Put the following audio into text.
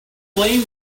blame